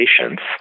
patients